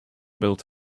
built